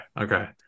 okay